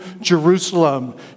Jerusalem